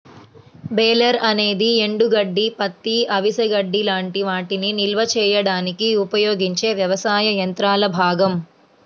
baler అనేది ఎండుగడ్డి, పత్తి, అవిసె గడ్డి లాంటి వాటిని నిల్వ చేయడానికి ఉపయోగించే వ్యవసాయ యంత్రాల భాగం